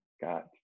got